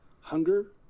hunger